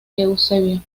eusebio